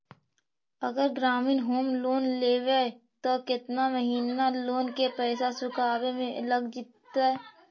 अगर ग्रामीण home loan लेबै त केतना महिना लोन के पैसा चुकावे में लग जैतै?